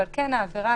אבל העברה,